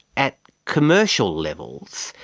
at commercial levels.